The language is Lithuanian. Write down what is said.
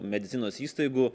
medicinos įstaigų